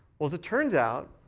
well, as it turns out,